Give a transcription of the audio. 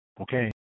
okay